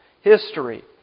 history